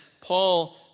Paul